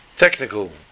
technical